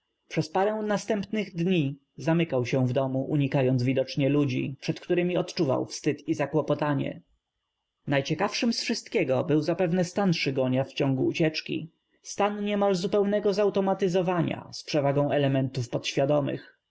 przez p arę następnych dni zam ykał się w dom u unikając w idocznie ludzi przed którym i o d czuw ał w styd i zakłopotanie najciekawszym z w szystkiego był zapew ne stan szygonia w ciągu ucieczki stan nie mal zupełnego zautom atyzow ania z przew